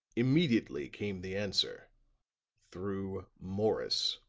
immediately came the answer through morris.